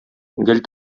гел